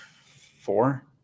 four